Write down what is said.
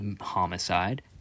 homicide